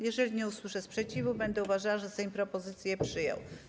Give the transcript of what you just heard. Jeżeli nie usłyszę sprzeciwu, będę uważała, że Sejm propozycję przyjął.